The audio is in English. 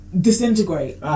Disintegrate